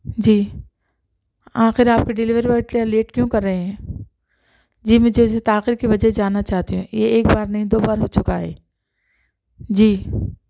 جی آخر آپ کا ڈیلیوری بوائے اتنا لیٹ کیوں کر رہے ہیں جی مجھے تاخیر کی وجہ جاننا چاہتی ہوں یہ ایک بار نہیں دو بار ہو چکا ہے جی